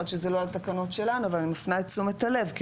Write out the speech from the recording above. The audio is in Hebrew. להיות שזה לא התקנות שלנו אבל אני מפנה את תשומת הלב כי